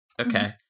Okay